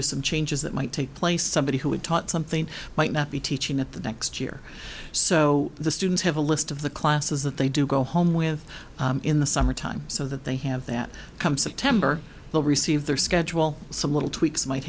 to some changes that might take place somebody who had taught something might not be teaching at the next year so the students have a list of the classes that they do go home with in the summertime so that they have that come september will receive their schedule some little tweaks might